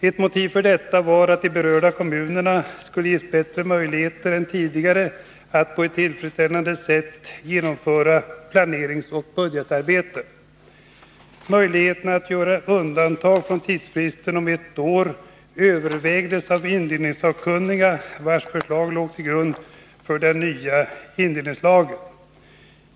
Ett motiv för detta var att de berörda kommunerna skulle ges bättre möjligheter än tidigare att på ett tillfredsställande sätt genomföra planeringsoch budgetarbetet. Möjlighet att göra undantag från tidsfristen om ett år övervägdes av indelningslagskommittén, vars förslag låg till grund för den nya indelningslagen.